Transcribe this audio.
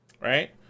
Right